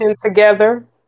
together